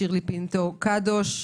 שירלי פינוט קדוש,